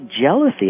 jealousy